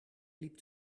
liep